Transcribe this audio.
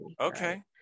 Okay